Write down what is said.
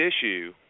issue